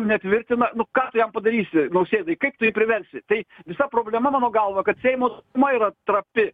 netvirtina nu ką tu jam padarysi nausėdai kaip tu jį priversi tai visa problema mano galva kad seimo dauguma yra trapi